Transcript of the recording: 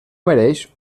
mereix